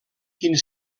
quin